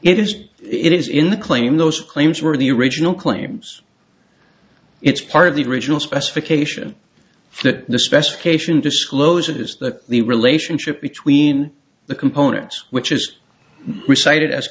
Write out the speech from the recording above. it is it is in the claim those claims were the original claims it's part of the original specification that the specifications disclose it is that the relationship between the components which is recited as